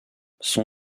son